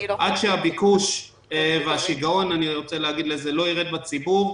עד שהביקוש והשיגעון אני רוצה לקרוא לזה כך לא ירד בציבור,